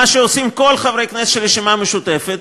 מה שעושים כל חברי הכנסת של הרשימה המשותפת,